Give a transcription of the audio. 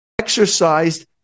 Exercised